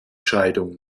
scheidung